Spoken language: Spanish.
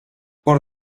por